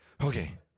okay